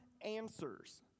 answers